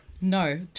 No